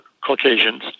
Caucasians